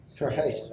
Right